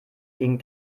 gegen